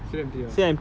still empty